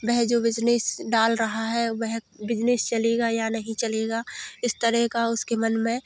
वह जो बिजनेस डाल रहा है वह बिजनेस चलेगा या नहीं चलेगा इस तरह का उसके मन में